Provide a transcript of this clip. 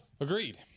Agreed